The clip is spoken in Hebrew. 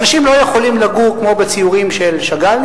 אנשים לא יכולים לגור כמו בציורים של שאגאל,